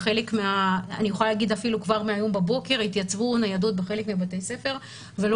אני יכולה להגיד שכבר מהבוקר התייצבו ניידות בחלק מבתי הספר ולא